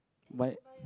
my